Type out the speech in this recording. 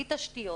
בלי תשתיות